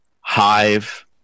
Hive